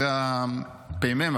אחרי הפ"מ,